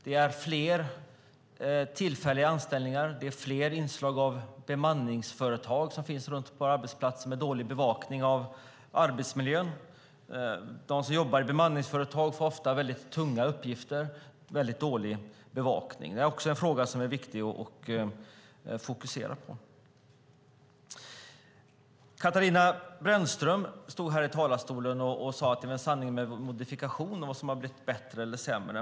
Det är fler tillfälliga anställningar. Fler bemanningsföretag finns representerade på arbetsplatser, och bevakningen av arbetsmiljön är dålig. De som jobbar i bemanningsföretag får ofta tunga uppgifter och dålig bevakning av arbetsförhållandena. Det är också en fråga som är viktig att fokusera på. Katarina Brännström stod här i talarstolen och sade att det är en sanning med modifikation vad som har blivit bättre eller sämre.